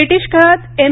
British काळात M